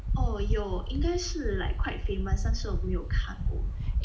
oh 有应该是 like quite famous 但是我没有看过